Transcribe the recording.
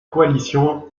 coalition